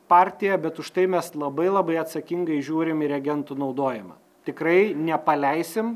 partija bet užtai mes labai labai atsakingai žiūrim į reagentų naudojimą tikrai nepaleisim